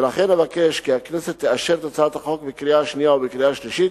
ולכן אבקש כי הכנסת תאשר את הצעת החוק בקריאה השנייה ובקריאה השלישית